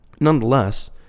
Nonetheless